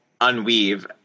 unweave